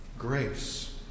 Grace